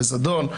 בזדון,